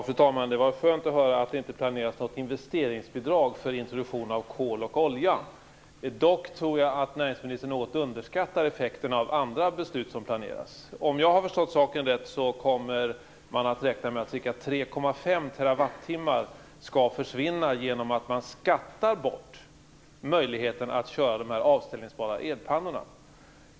Fru talman! Det var skönt att höra att det inte planeras något investeringsbidrag för introduktion av kol och olja. Jag tror dock att näringsministern något underskattar effekten av andra beslut som planeras. Om jag har förstått saken rätt räknar man med att ca 3,5 TWh skall försvinna genom att man skattar bort möjligheterna att driva de avställningsbara elpannorna.